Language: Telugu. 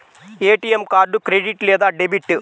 ఏ.టీ.ఎం కార్డు క్రెడిట్ లేదా డెబిట్?